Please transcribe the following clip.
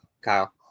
Kyle